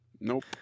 Nope